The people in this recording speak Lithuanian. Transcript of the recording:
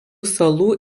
salų